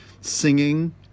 singing